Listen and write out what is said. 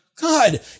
God